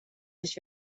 sich